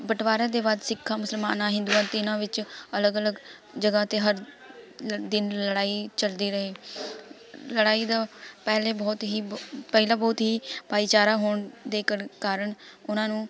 ਬਟਵਾਰੇ ਦੇ ਬਾਅਦ ਸਿੱਖਾਂ ਮੁਸਲਮਾਨਾਂ ਹਿੰਦੂਆਂ ਅਤੇ ਇਨ੍ਹਾਂ ਵਿੱਚ ਅਲੱਗ ਅਲੱਗ ਜਗ੍ਹਾ ਅਤੇ ਹਰ ਦਿਨ ਲੜਾਈ ਚੱਲਦੀ ਰਹੀ ਲੜਾਈ ਦਾ ਪਹਿਲੇ ਬਹੁਤ ਹੀ ਬ ਪਹਿਲਾਂ ਬਹੁਤ ਹੀ ਭਾਈਚਾਰਾ ਹੋਣ ਦੇ ਕਰ ਕਾਰਨ ਉਹਨਾਂ ਨੂੰ